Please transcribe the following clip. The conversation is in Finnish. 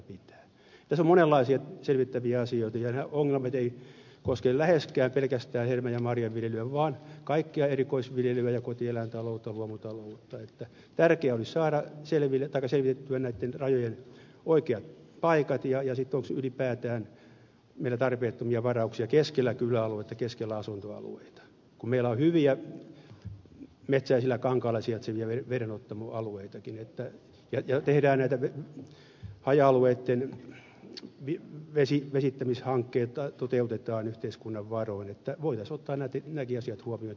tässä on monenlaisia selvitettäviä asioita ja ongelmat eivät koske läheskään pelkästään hedelmän ja marjanviljelyä vaan kaikkea erikoisviljelyä ja kotieläintaloutta luomutaloutta niin että tärkeää olisi saada selvitettyä näitten rajojen oikeat paikat ja se onko ylipäätään meillä tarpeettomia varauksia keskellä kyläaluetta keskellä asuntoalueita kun meillä on hyviä metsäisillä kankailla sijaitsevia vedenottamoalueitakin ja kun näitä haja alueitten vesihankkeita toteutetaan yhteiskunnan varoin voitaisiin ottaa nämäkin asiat huomioon tässä keskustelussa